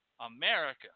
America